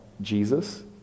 Jesus